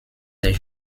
des